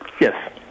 Yes